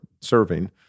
serving